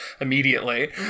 immediately